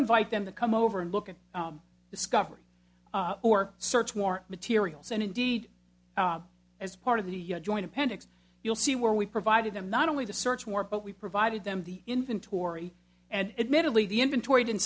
invite them to come over and look at discovery or search more materials and indeed as part of the joint appendix you'll see where we provided them not only to search more but we provided them the inventory and admittedly the inventory didn't